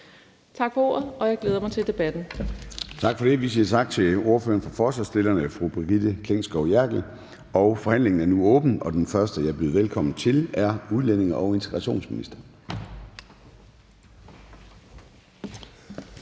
Tak for ordet, og jeg glæder mig til debatten. Kl. 16:52 Formanden (Søren Gade): Tak for det. Vi siger tak til ordføreren for forslagsstillerne, fru Brigitte Klintskov Jerkel. Forhandlingen er nu åbnet, og den første, jeg byder velkommen til, er udlændinge- og integrationsministeren.